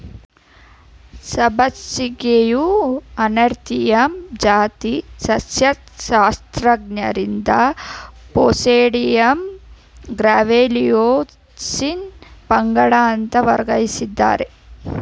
ಸಬ್ಬಸಿಗೆಯು ಅನೇಥಮ್ನ ಜಾತಿ ಸಸ್ಯಶಾಸ್ತ್ರಜ್ಞರಿಂದ ಪ್ಯೂಸೇಡ್ಯಾನಮ್ ಗ್ರ್ಯಾವಿಯೋಲೆನ್ಸ್ ಪಂಗಡ ಅಂತ ವರ್ಗೀಕರಿಸಿದ್ದಾರೆ